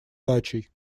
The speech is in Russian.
дачей